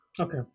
okay